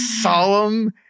solemn